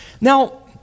Now